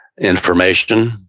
information